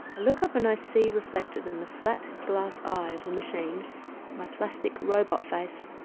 look up and i see reflected in the flat glass eye of the machine my plastic robot face.